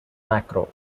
macro